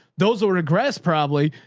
those were regress probably.